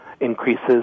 increases